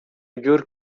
جور